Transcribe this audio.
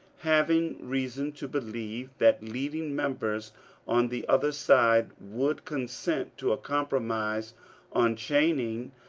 having reason to believe that leading members on the other side would consent to a compromise on channing,